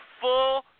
full